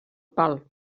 pal